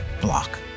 block